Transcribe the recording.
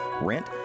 rent